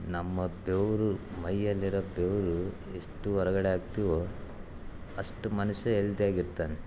ನಮ್ಮ ಬೆವರು ಮೈಯಲ್ಲಿರೋ ಬೆವರು ಎಷ್ಟು ಹೊರ್ಗಡೆ ಹಾಕ್ತೀವೋ ಅಷ್ಟು ಮನುಷ್ಯ ಹೆಲ್ದಿ ಆಗಿ ಇರ್ತಾನೆ